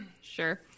Sure